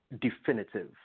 definitive